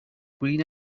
green